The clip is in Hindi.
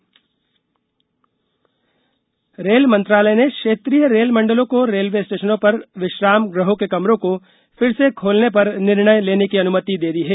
रेलवे विश्राम गृह रेल मंत्रालय ने क्षेत्रीय रेल मंडलों को रेलवे स्टेशनों पर विश्राम गृहों के कमरों को फिर से खोलने पर निर्णय लेने की अनुमति दे दी है